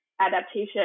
adaptation